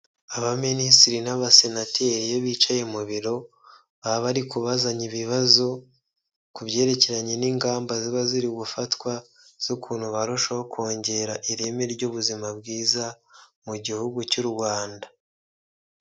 Abaminisitiri n'abasenateri iyo bicaye mu biro, baba bari kubazanya ibibazo ku byerekeranye n'ingamba ziba ziri gufatwa, z'ukuntu barushaho kongera ireme ry'ubuzima bwiza mu gihugu cy'u Rwanda.